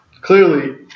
clearly